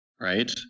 right